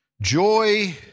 joy